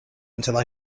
until